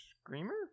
screamer